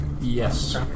Yes